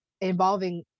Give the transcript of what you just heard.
involving